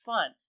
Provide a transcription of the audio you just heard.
Fun